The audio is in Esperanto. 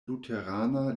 luterana